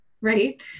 Right